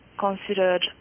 Considered